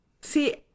See